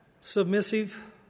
submissive